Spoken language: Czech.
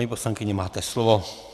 Paní poslankyně, máte slovo.